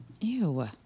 Ew